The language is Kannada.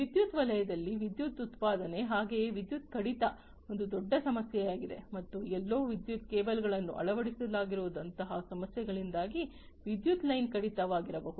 ವಿದ್ಯುತ್ ವಲಯದಲ್ಲಿ ವಿದ್ಯುತ್ ಉತ್ಪಾದನೆ ಹಾಗೆಯೇ ವಿದ್ಯುತ್ ಕಡಿತ ಒಂದು ದೊಡ್ಡ ಸಮಸ್ಯೆಯಾಗಿದೆ ಮತ್ತು ಎಲ್ಲೋ ವಿದ್ಯುತ್ ಕೇಬಲ್ಗಳನ್ನು ಅಳವಡಿಸಲಾಗಿರುವಂತಹ ಸಮಸ್ಯೆಗಳಿಂದಾಗಿ ವಿದ್ಯುತ್ ಲೈನ್ ಕಡಿತ ವಾಗಿರಬಹುದು